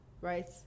right